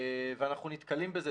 ואנחנו נתקלים בזה.